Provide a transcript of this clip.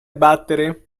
battere